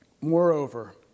Moreover